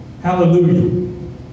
Hallelujah